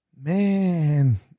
Man